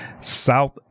South